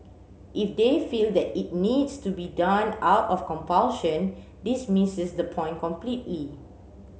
if they feel that it needs to be done out of compulsion this misses the point completely